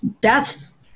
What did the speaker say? deaths